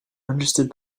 understood